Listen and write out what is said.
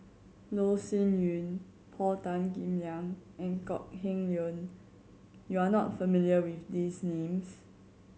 Loh Sin Yun Paul Tan Kim Liang and Kok Heng Leun you are not familiar with these names